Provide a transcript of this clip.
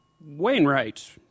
Wainwright